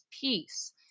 peace